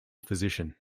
physician